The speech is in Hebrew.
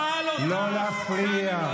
לא להפריע.